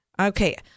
Okay